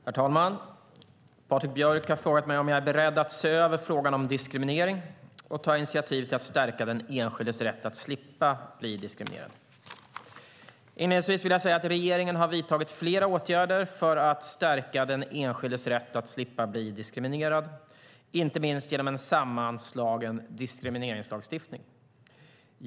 Herr talman! Patrik Björck har frågat mig om jag är beredd att se över frågan om diskriminering och ta initiativ till att stärka den enskildes rätt att slippa bli diskriminerad. Inledningsvis vill jag säga att regeringen har vidtagit flera åtgärder för att stärka den enskildes rätt att slippa bli diskriminerad, inte minst genom en sammanslagen diskrimineringslagstiftning.